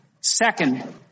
Second